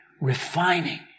refining